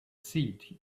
seat